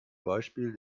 beispiel